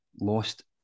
lost